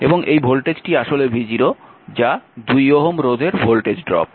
এবং এই ভোল্টেজটি আসলে v0 যা 2 ওহম রোধের ভোল্টেজ ড্রপ